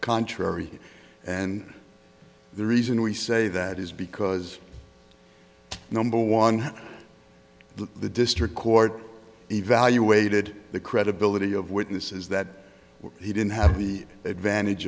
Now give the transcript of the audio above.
contrary and the reason we say that is because number one the district court evaluated the credibility of witnesses that he didn't have the advantage